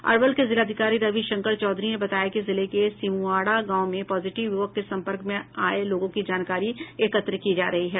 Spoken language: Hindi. अरवल के जिलाधिकारी रवि शंकर चौधरी ने बताया है कि जिले के सिमुआरा गांव में पॉजिटिव युवक के सम्पर्क में आये लोगों की जानकारी एकत्र की जा रही है